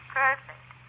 perfect